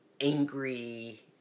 angry